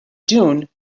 dune